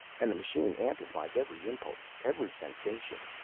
and the machine amplifies every impulse, every sensation.